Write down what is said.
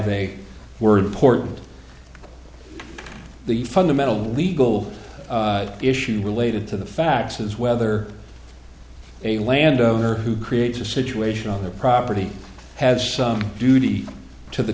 they were deported the fundamental legal issue related to the facts is whether a landowner who creates a situation on their property has some duty to the